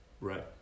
right